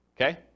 Okay